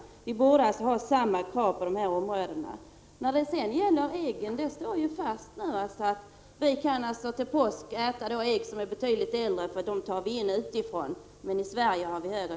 Vi borde alltså ha samma krav på produkterna. När det gäller äggen står det alltså fast att vi till påsk får importerade ägg som kan vara betydligt äldre än de svenska därför att kraven på svenska ägg är högre.